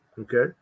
Okay